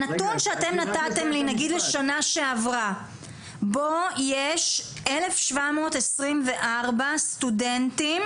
הנתונים שנתתם לי לשנה שעברה אומרים שיש 1,724 סטודנטים